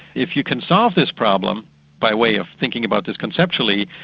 if you can solve this problem by way of thinking about this conceptually,